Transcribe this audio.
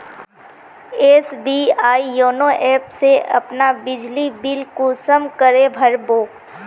SBI YONO app से अपना बिजली बिल कुंसम करे भर बो?